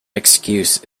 excuse